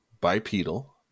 bipedal